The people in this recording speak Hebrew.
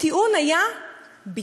הטיעון היה ביטחוני,